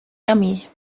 yummy